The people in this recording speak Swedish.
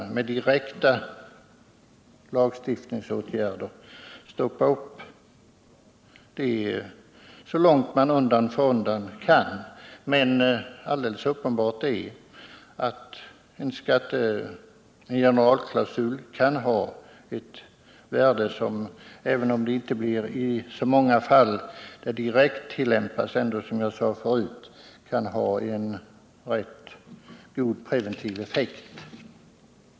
Med direkta lagstiftningsåtgärder måste man stoppa till kryphålen så långt som möjligt. Men helt uppenbart är att en generalklausul kan ha ett värde. Även om den inte tillämpas i så många fall, kan den ändå ha en rätt god preventiv effekt.